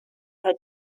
had